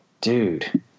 dude